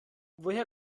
woher